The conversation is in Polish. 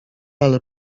ale